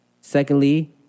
Secondly